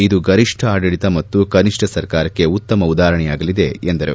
ಇದು ಗರಿಷ್ನ ಆಡಳಿತ ಮತ್ತು ಕನಿಷ್ನ ಸರ್ಕಾರಕ್ಕೆ ಉತ್ತಮ ಉದಾಹರಣೆಯಾಗಲಿದೆ ಎಂದರು